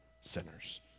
sinners